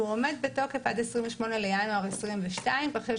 והוא עומד בתוקף עד 28 בינואר 2022. עכשיו יש